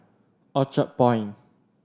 Orchard Point